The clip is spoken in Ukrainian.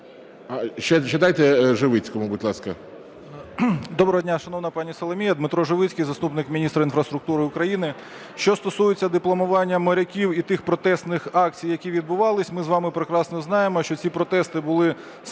Доброго дня, шановна пані Соломія. Дмитро Живицький, заступник міністра інфраструктури України. Що стосується дипломування моряків і тих протестних акцій, які відбувались, ми з вами прекрасно знаємо, що ці протести були